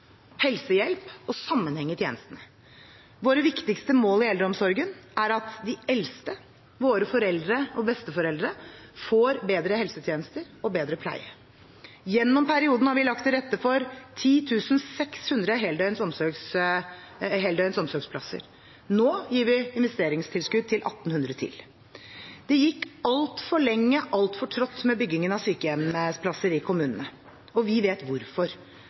helsehjelp og sammenheng i tjenestene. Våre viktigste mål i eldreomsorgen er at de eldste – våre foreldre og besteforeldre – får bedre helsetjenester og bedre pleie. Gjennom perioden har vi lagt til rette for 10 600 heldøgns omsorgsplasser. Nå gir vi investeringstilskudd til 1 800 til. Det gikk altfor lenge altfor trått med bygging av sykehjemsplasser i kommunene. Vi vet hvorfor.